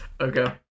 Okay